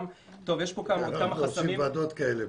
אנחנו עושים ועדות כאלה,